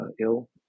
ill